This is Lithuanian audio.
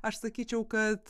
aš sakyčiau kad